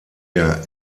der